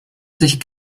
sich